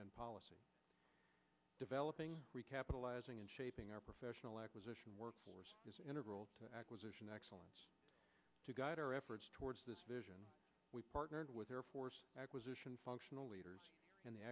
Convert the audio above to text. and policy developing recapitalizing in shaping our professional acquisition workforce is integral to acquisition excellence to guide our efforts towards this vision we partnered with air force acquisition functional leaders in the